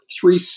three